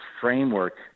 framework